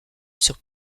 sur